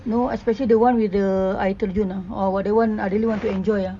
no especially the one with the until june ah or the one I really want to enjoy ah